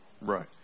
Right